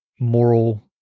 Moral